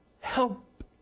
Help